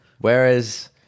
whereas